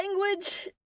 language